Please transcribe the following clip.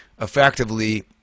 effectively